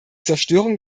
zerstörung